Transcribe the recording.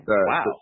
wow